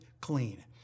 clean